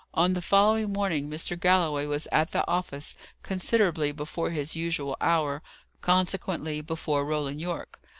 on the following morning mr. galloway was at the office considerably before his usual hour consequently, before roland yorke.